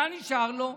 מה נשאר לו?